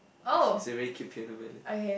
is is a very cute piano ballad